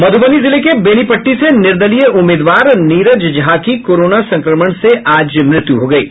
मधुबनी जिले के बेनीपट्टी से निर्दलीय उम्मीदवार नीरज झा की कोरोना संक्रमण से आज मौत हो गयी है